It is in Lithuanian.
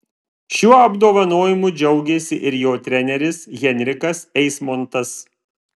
šiuo apdovanojimu džiaugėsi ir jo treneris henrikas eismontas